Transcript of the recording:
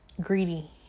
greedy